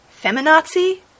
feminazi